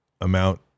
amount